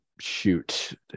shoot